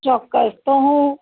ચોક્કસ તો હું